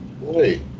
Wait